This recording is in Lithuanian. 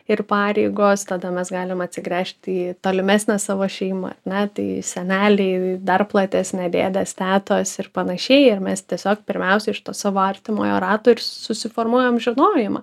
ir pareigos tada mes galim atsigręžti į tolimesnę savo šeimą na tai seneliai dar platesnę dėdės tetos ir panašiai ir mes tiesiog pirmiausia iš to savo artimojo rato ir susiformuojam žinojimą